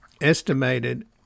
estimated